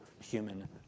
human